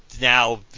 Now